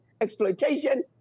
exploitation